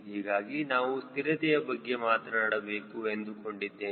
ಹೀಗಾಗಿ ನಾನು ಸ್ಥಿರತೆಯ ಬಗ್ಗೆ ಮಾತನಾಡಬೇಕು ಎಂದುಕೊಂಡಿದ್ದೇನೆ